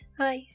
Hi